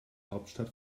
hauptstadt